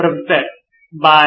professor by